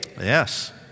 Yes